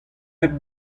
hep